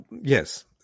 Yes